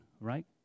right